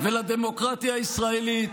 רוצים לעצור את החקיקה ולבזבז את הזמן?